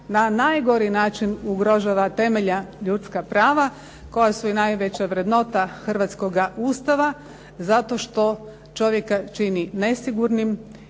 na najgori način ugrožava temeljna ljudska prava, koja su i najveća vrednota hrvatskoga Ustava, zato što čovjeka čini nesigurnim,